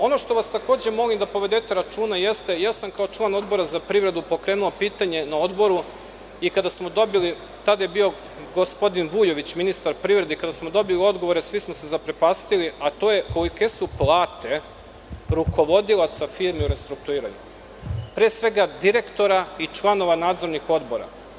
Ono što vas takođe molim, ja sam kao član Odbora za privredu pokrenuo pitanje, tada je bio gospodin Vujović ministar privrede, kada smo dobili odgovore svi smo se zaprepastili, a to je kolike su plate rukovodilaca firmi u restrukturiranju, pre svega direktora i članova nadzornih odbora.